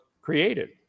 created